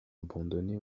abandonnés